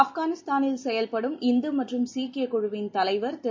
ஆப்கானிஸதானில் செயல்படும் இந்து மற்றும் சீக்கிய குழுவின் தலைவர் திரு